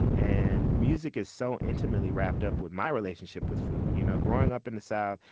and, music is so intimately wrapped up with my relationship with food. you know, growing up in the south,